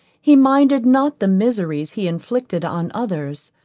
he minded not the miseries he inflicted on others,